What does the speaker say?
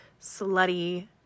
slutty